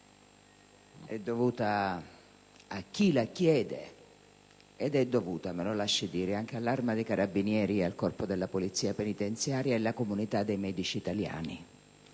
è dovuta a chi la chiede e - me lo lasci dire - anche all'Arma dei carabinieri, al Corpo della polizia penitenziaria e alla comunità dei medici italiani,